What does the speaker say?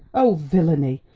oh! villany!